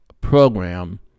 program